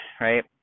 right